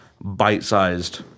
bite-sized